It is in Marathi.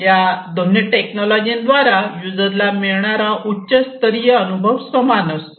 या दोन्ही टेक्नॉलॉजी द्वारा युजरला मिळणारा उच्चस्तरीय अनुभव समान असतो